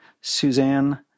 Suzanne